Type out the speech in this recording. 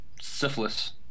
syphilis